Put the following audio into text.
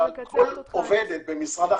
אבל כל עובדת במשרד החינוך,